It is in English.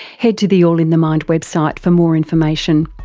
head to the all in the mind website for more information.